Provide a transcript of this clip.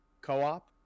co-op